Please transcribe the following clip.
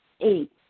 eight